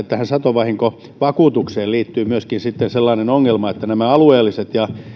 tähän satovahinkovakuutukseen liittyy myöskin sitten sellainen ongelma että nämä alueelliset ja